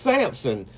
Samson